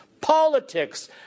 Politics